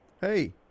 Hey